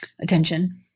Attention